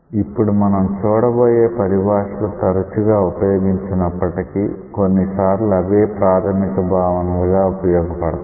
ఇప్పుడు మనం చూడబోయే పరిభాషలు తరచుగా ఉపయోగించనప్పటికీ కొన్నిసార్లు అవే ప్రాధమిక భావనలు గా ఉపయోగపడతాయి